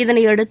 இதனையடுத்து